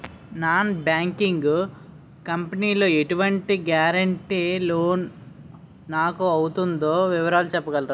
Non banking company లో ఎటువంటి guarantee loan నాకు అవుతుందో వివరాలు చెప్పగలరా?